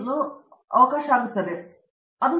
ಅರಂದಾಮ ಸಿಂಗ್ ಅದು ಸಂಭವಿಸುವುದಿಲ್ಲ ಗಣಿತವು ಆಗುವುದಿಲ್ಲ